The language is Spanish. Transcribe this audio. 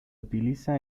utiliza